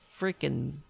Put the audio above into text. freaking